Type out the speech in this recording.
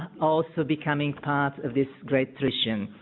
also becoming part of this great nation